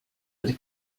with